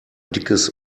dickes